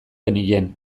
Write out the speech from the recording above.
genien